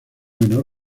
menor